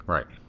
Right